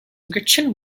gretchen